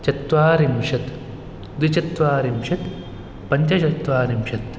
चत्वारिंशत् द्विचत्वारिंशत् पञ्चचत्वारिंशत्